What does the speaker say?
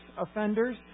offenders